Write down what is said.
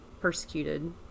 persecuted